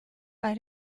bei